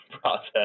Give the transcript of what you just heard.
process